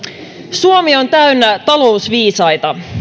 suomi on täynnä talousviisaita